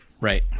Right